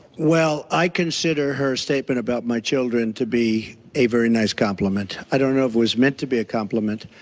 well, i consider her statement about my children to be a very nice compliment. i don't know if it was meant to be a compliment,